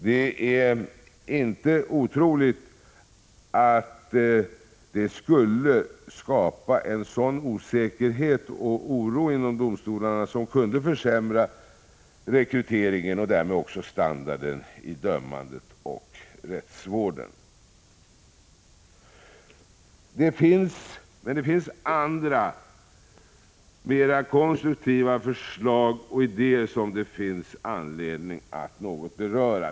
Det är inte otroligt att det skulle skapa en osäkerhet och oro inom domstolarna som kunde försämra rekryteringen och därmed också standarden i dömandet och rättsvården. Det finns emellertid andra, mera konstruktiva förslag och idéer som det är anledning att något beröra.